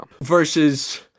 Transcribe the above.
versus